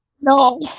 No